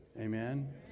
amen